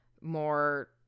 more